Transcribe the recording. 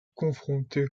confronter